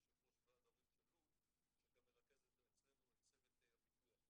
יושב ראש ועד ההורים של לוד שגם מרכז אצלנו את צוות הביטוח.